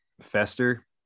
fester